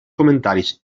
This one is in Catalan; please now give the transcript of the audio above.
comentaris